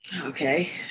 Okay